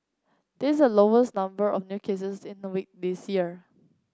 this is the lowest number of new cases in a week this year